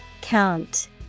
Count